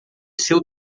seu